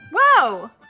Whoa